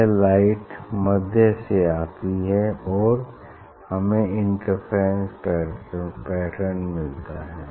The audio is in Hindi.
यह लाइट मध्य से आती है और हमें इंटरफेरेंस पैटर्न मिलता है